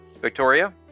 Victoria